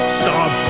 stop